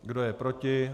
Kdo je proti?